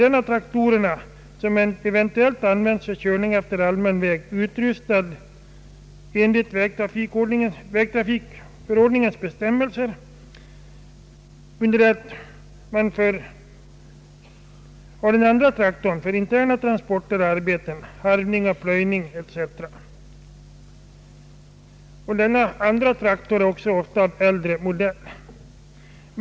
Den av traktorerna som används för körning på allmän väg har man utrustad enligt vägtrafikförordningens bestämmelser, under det att man använder den andra traktorn för interna transporter och arbeten, vid harvning och plöjning etc. Den senare traktorn är oftast av äldre modell.